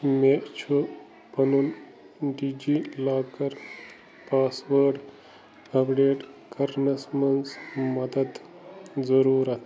مےٚ چھُ پنُن DigiLocker password update کرنَس منٛز مدد ضُروٗرت